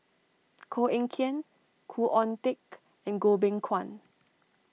Koh Eng Kian Khoo Oon Teik and Goh Beng Kwan